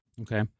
Okay